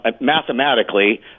mathematically